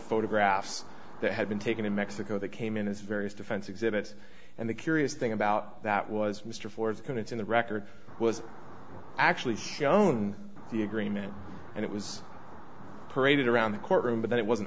photographs that had been taken in mexico that came in as various defense exhibits and the curious thing about that was mr ford's prints in the record was actually shown the agreement and it was paraded around the courtroom but then it wasn't